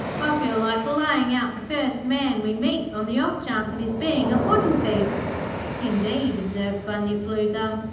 i feel like laying out the first man we meet on the off-chance of his being a puddin'-thief indeed, observed bunyip bluegum,